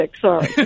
Sorry